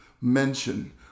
mention